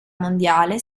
mondiale